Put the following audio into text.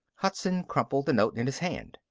hudson crumpled the note in his hand.